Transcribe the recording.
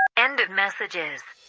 end of messages